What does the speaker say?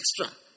extra